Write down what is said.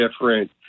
different